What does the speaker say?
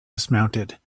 dismounted